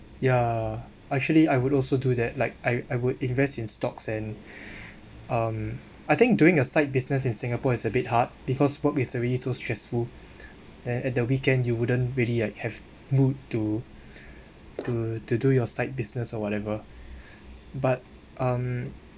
ya actually I would also do that like I I would invest in stocks and um I think doing a side business in singapore is a bit hard because work is already so stressful then at the weekend you wouldn't really like have mood to to to do your side business or whatever but um